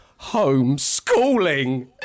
homeschooling